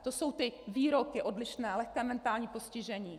To jsou ty výroky odlišné lehké mentální postižení.